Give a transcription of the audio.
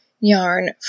yarn